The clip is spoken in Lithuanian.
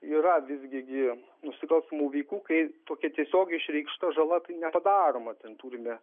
yra visgi gi nusikalstamų veikų kai tokia tiesiogiai išreikšta žala tai nepadaroma ten turime